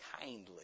kindly